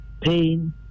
pain